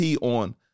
on